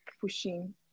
pushing